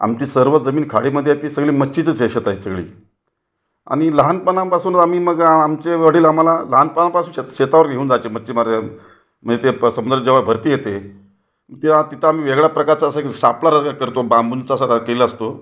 आमची सर्व जमीन खाडीमध्ये आहे ती सगळं मच्छीचंच आहे शेतं आहेत सगळी आणि लहानपणापासून आम्ही मग आमचे वडील आम्हाला लहानपणापासून श शेतावर घेऊन जायचे मच्छीमारा म ए ते प समुंदरात जेव्हा भरती येते तेव्हा तिथं आम्ही वेगळा प्रकारचा असा एक सापळा रग करतो बांबूंचा असा हा केलेला असतो